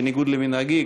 בניגוד למנהגי,